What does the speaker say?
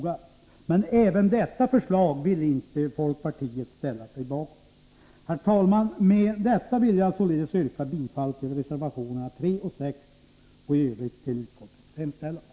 Men inte heller detta förslag ville folkpartiet ställa sig bakom. Herr talman! Med detta vill jag yrka bifall till reservationerna 3 och 6 och i Övrigt till utskottets hemställan.